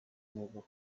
niego